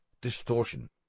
distortion